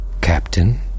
Captain